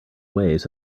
waves